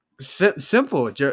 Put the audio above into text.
simple